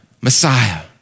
Messiah